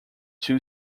two